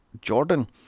Jordan